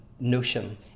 notion